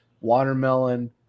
Watermelon